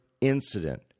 incident